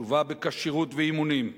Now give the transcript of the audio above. תשובה בכשירות ואימונים,